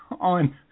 On